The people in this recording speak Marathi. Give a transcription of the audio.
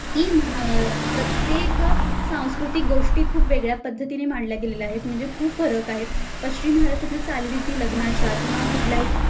की महा प्रत्येक सांस्कृतिक गोष्टी खूप वेगळ्या पद्धतीने मांडल्या गेलेल्या आहेत म्हणजे खूप फरक आहेत पश्चिम महाराष्ट्रातील चालीरीती लग्नाच्या किंवा कुठल्याही